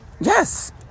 Yes